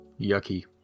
Yucky